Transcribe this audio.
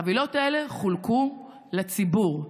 החבילות האלה חולקו לציבור,